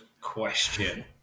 question